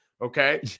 Okay